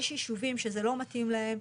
יש יישובים שזה לא מתאים להם.